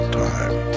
time